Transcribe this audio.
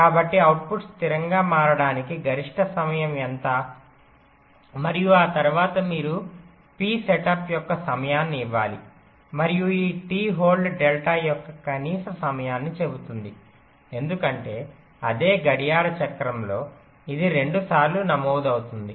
కాబట్టి అవుట్పుట్ స్థిరంగా మారడానికి గరిష్ట సమయం ఎంత మరియు ఆ తరువాత మీరు పి సెటప్ యొక్క సమయాన్ని ఇవ్వాలి మరియు ఈ t హోల్డ్ డెల్టా యొక్క కనీస సమయాన్ని చెబుతుంది ఎందుకంటే అదే గడియార చక్రంలో ఇది రెండుసార్లు నమోదు అవుతుంది